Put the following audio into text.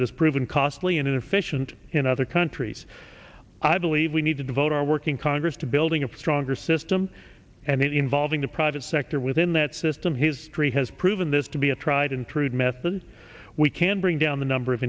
that has proven costly in a fish and in other countries i believe we need to devote our working congress to building a stronger system and involving the private sector within that system history has proven this to be a tried and true method we can bring down the number of